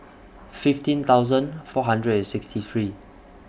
fifteen thousand four hundred and sixty three